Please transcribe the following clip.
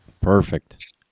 Perfect